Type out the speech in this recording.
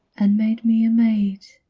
and made me a maid,